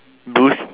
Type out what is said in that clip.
bruise